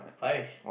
Parish